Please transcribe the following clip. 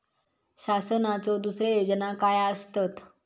शासनाचो दुसरे योजना काय आसतत?